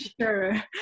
Sure